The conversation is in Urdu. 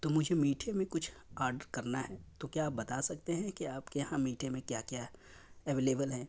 تو مجھے میٹھے میں کچھ آرڈر کرنا ہے تو کیا آپ بتا سکتے ہیں کہ آپ کے یہاں میٹھے میں کیا کیا ہے اویلیبل ہے